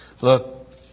Look